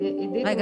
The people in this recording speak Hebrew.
עידית אני